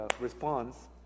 response